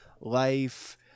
life